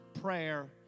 prayer